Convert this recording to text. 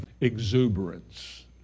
exuberance